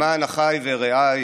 למען אחי ורעי